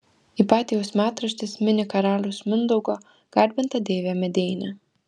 ipatijaus metraštis mini karaliaus mindaugo garbintą deivę medeinę